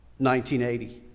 1980